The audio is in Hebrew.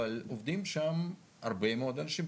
אבל עובדים שם הרבה מאוד אנשים.